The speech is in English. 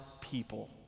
people